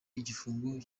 igifungo